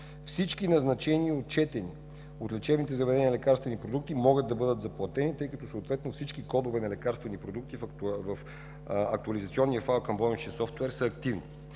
Всички назначени и отчетени от лечебните заведения лекарствени продукти могат да бъдат заплатени, тъй като съответно всички кодове на лекарствени продукти в актуализационния файл към болничния софтуер са активни.